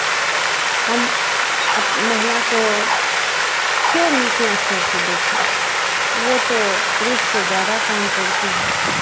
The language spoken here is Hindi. हम अप महिला को क्यों नीचे स्तर से देखें वो तो पुरुष से ज़्यादा काम करती है